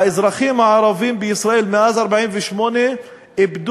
האזרחים הערבים בישראל מאז 1948 איבדו